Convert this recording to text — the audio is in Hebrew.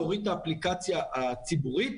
להוריד את האפליקציה הציבורית,